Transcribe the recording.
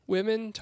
Women